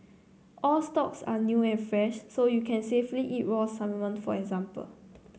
all stocks are new and fresh so you can safely eat raw salmon for example